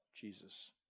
Jesus